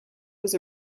was